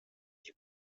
die